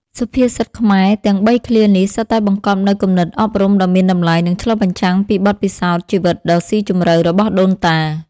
សុភាសិតខ្មែរទាំងបីឃ្លានេះ សុទ្ធតែបង្កប់នូវគំនិតអប់រំដ៏មានតម្លៃ និងឆ្លុះបញ្ចាំងពីបទពិសោធន៍ជីវិតដ៏ស៊ីជម្រៅរបស់ដូនតា។